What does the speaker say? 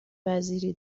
وزیری